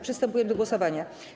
Przystępujemy do głosowania.